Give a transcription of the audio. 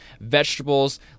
vegetables